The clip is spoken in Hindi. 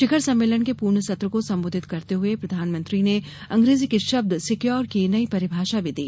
शिखर सम्मेलन के पूर्ण सत्र को संबोधित करते हुए प्रधानमंत्री ने अंग्रेजी के शब्द सिक्योर की नई परिभाषा भी दी